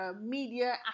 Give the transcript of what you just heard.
media